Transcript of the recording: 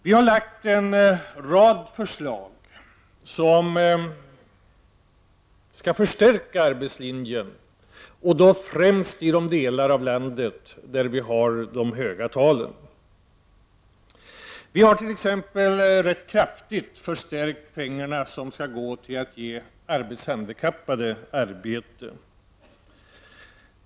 Vi har lagt fram en rad förslag som skall förstärka arbetslinjen och då främst i de delar av landet som har de höga talen. Vi har t.ex. rätt kraftigt förstärkt den summa pengar som skall gå till att ge arbetshandikappade arbete.